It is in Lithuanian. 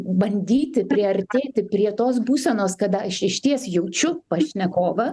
bandyti priartėti prie tos būsenos kada aš išties jaučiu pašnekovą